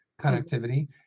connectivity